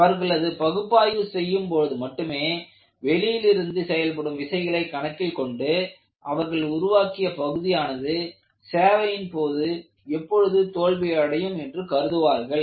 அவர்களது பகுப்பாய்வு செய்யும் போது மட்டுமே வெளியிலிருந்து செயல்படும் விசைகளை கணக்கில்கொண்டு அவர்கள் உருவாக்கிய பகுதியானது சேவையின் போது எப்பொழுது தோல்வி அடையும் என்று கருதுவார்கள்